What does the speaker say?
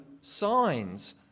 signs